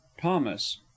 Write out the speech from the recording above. thomas